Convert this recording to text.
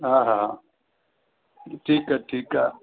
हा हा ठीकु आहे ठीकु आहे